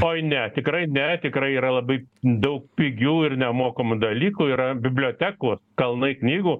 oi ne tikrai ne tikrai yra labai daug pigių ir nemokamų dalykų yra bibliotekų kalnai knygų